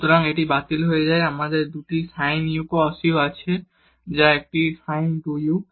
সুতরাং এটি বাতিল হয়ে যায় আমাদের 2 টি sin u cos u আছে যা একটি sin 2 u